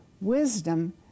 wisdom